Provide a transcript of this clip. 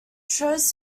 shows